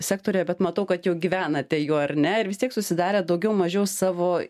sektoriuje bet matau kad jau gyvenate juo ar ne ir vis tiek susidarėt daugiau mažiau savo